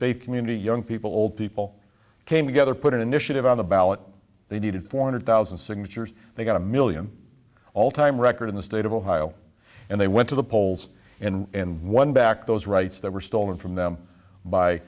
they community young people old people came together put an initiative on the ballot they needed four hundred thousand signatures they got a million all time record in the state of ohio and they went to the polls and won back those rights that were stolen from them by